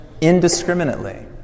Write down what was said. indiscriminately